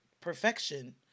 perfection